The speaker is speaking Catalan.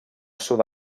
sud